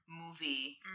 movie